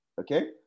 Okay